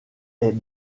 est